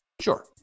Sure